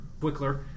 Wickler